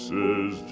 Says